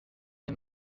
les